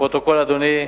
לפרוטוקול, אדוני,